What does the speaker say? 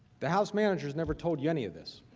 the house managers never told you any of this,